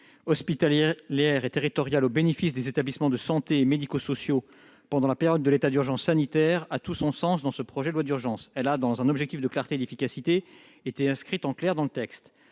hospitalière et territoriale au bénéfice des établissements de santé et médico-sociaux, pendant la période de l'état d'urgence sanitaire, a tout son sens dans ce projet de loi d'urgence. Elle a, dans un objectif de clarté et d'efficacité, été inscrite dans ce texte.